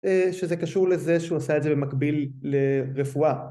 שזה קשור לזה שהוא עשה את זה במקביל לרפואה